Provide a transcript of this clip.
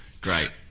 Great